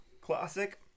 classic